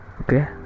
okay